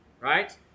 right